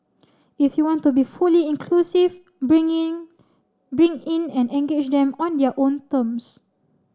if you want to be fully inclusive bring in bring in and engage them on their own terms